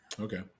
Okay